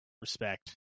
respect